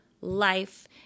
life